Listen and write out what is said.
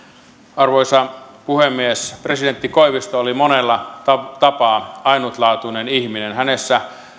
arvoisa puhemies presidentti koivisto oli monella tapaa ainutlaatuinen ihminen hänessä